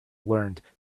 learned